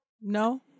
No